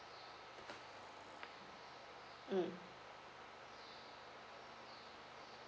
mm